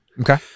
Okay